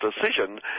decision